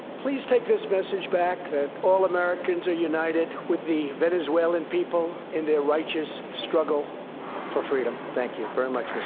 please take this message back, that all americans are united with the venezuelan people in their righteous struggle for freedom. thank you very much,